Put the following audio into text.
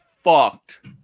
fucked